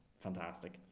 fantastic